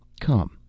Come